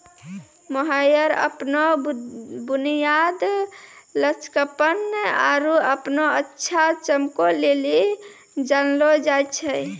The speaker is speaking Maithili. मोहायर अपनो बुनियाद, लचकपन आरु अपनो अच्छा चमको लेली जानलो जाय छै